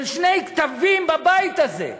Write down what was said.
של שני קטבים בבית הזה,